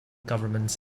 governments